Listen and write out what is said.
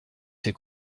ses